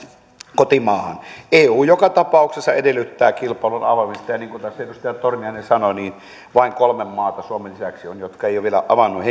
kotimaahan eu joka tapauksessa edellyttää kilpailun avaamista ja niin kuin tässä edustaja torniainen sanoi on vain kolme maata suomen lisäksi jotka eivät ole vielä avanneet